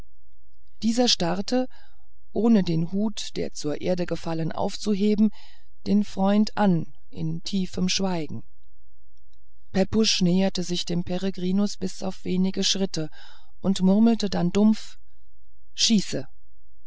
dieser starrte ohne den hut der zur erde gefallen aufzuheben den freund an in tiefem schweigen pepusch näherte sich dem peregrinus bis auf wenige schritte und murmelte dann dumpf schieße